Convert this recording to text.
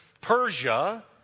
Persia